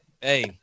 Hey